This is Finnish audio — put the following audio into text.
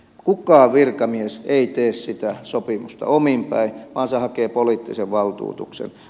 kukaan virkamies ei tee sitä sopimusta omin päin vaan hän hakee poliittisen valtuutuksen